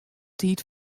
tiid